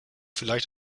vielleicht